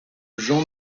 jean